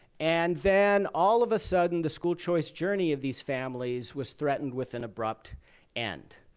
and then, all of a sudden, the school choice journey of these families was threatened with an abrupt end.